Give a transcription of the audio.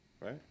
Right